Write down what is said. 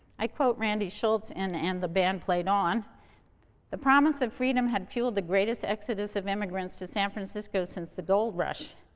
i quote randy shilts in and the band played on the promise of freedom had fueled the greatest exodus of immigrants to san francisco since the gold rush.